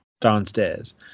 downstairs